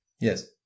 Yes